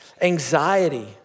anxiety